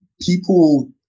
people